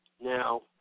Now